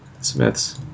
smiths